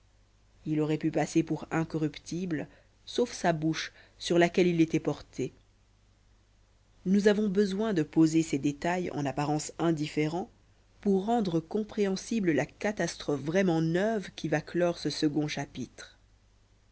il aurait pu passer pour incorruptible sauf sa bouche sur laquelle il était porté nous avons besoin de poser ces détails en apparence indifférents pour rendre compréhensible la catastrophe vraiment neuve qui va clore ce second chapitre